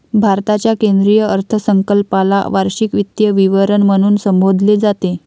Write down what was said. भारताच्या केंद्रीय अर्थसंकल्पाला वार्षिक वित्तीय विवरण म्हणून संबोधले जाते